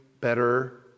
better